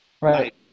Right